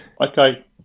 Okay